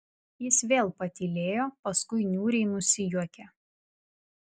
jis vėl patylėjo paskui niūriai nusijuokė